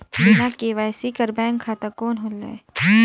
बिना के.वाई.सी कर बैंक खाता कौन होएल?